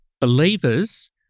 believers